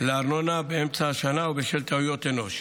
לארנונה באמצע השנה או בשל טעויות אנוש.